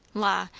la,